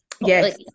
Yes